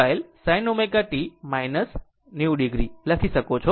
Vmω L sin ω t 90 o લખી શકો છો